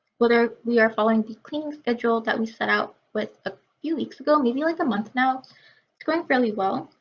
whether we are following the cleaning schedule that we set out with a few weeks ago, maybe like a month now, it's going fairly well.